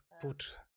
put